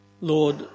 Lord